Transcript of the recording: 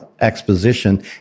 exposition